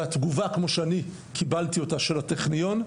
והתגובה כמו שאני קיבלתי אותה של הטכניון,